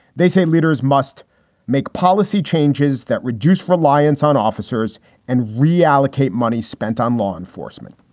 they say leaders must make policy changes that reduce reliance on officers and reallocate money spent on law enforcement.